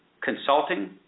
consulting